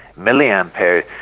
milliampere